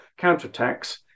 counterattacks